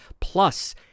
plus